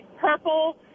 purple